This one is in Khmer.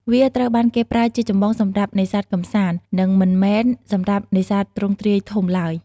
វាត្រូវបានគេប្រើជាចម្បងសម្រាប់នេសាទកម្សាន្ត និងមិនមែនសម្រាប់នេសាទទ្រង់ទ្រាយធំឡើយ។